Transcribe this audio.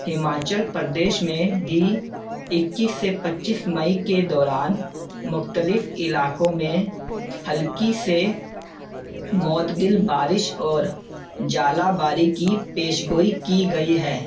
ہماچل پردیش میں بھی اکیس سے پچیس مئی کے دوران مختلف علاقوں میں ہلکی سے معتدل بارش اور ال باری کی پیشگوئی کی گئی ہے